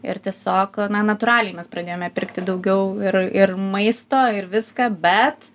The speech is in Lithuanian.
ir tiesiog na natūraliai mes pradėjome pirkti daugiau ir ir maisto ir viską bet